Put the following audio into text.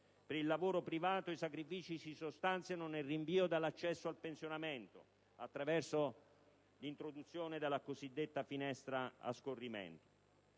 Per il lavoro privato i sacrifici si sostanziano nel rinvio dell'accesso al pensionamento, attraverso l'introduzione della cosiddetta finestra a scorrimento.